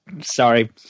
Sorry